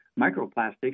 microplastics